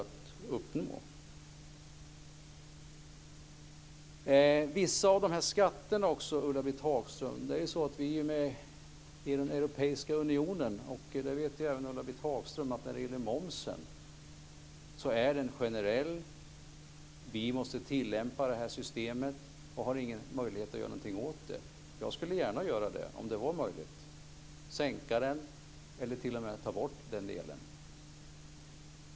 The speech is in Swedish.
Sedan har vi detta med vissa skatter, Ulla-Britt Hagström. Vi är ju med i Europeiska unionen. Även Ulla-Britt Hagström vet att momsen är generell. Vi måste tillämpa systemet och har inga möjligheter att göra något åt det. Jag skulle gärna göra något åt det om det var möjligt. Det handlar då om en sänkning eller t.o.m. om att ta bort den här delen.